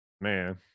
Man